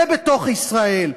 ובתוך ישראל.